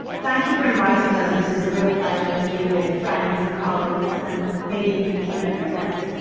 thank you for inviting us. this is a real pleasure, to be with friends, and colleagues, and maybe people we don't know yet.